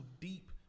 deep